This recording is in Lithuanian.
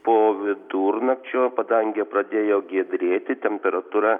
po vidurnakčio padangė pradėjo giedrėti temperatūra